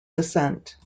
descent